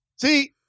See